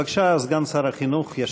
בבקשה, סגן שר החינוך ישיב.